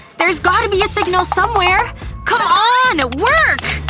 there's got to be a signal somewhere come on. work!